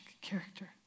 character